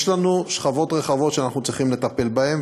יש לנו שכבות רחבות שאנחנו צריכים לטפל בהן,